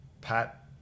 Pat